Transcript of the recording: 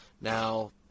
Now